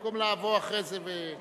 תודה במקום לבוא אחרי זה להודות.